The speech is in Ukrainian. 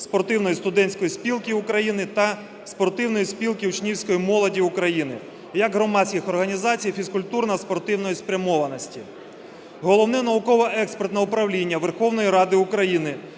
Спортивної студентської спілки України та Спортивної спілки учнівської молоді України як громадських організацій фізкультурно-спортивної спрямованості. Головне науково-експертне управління Верховної Ради України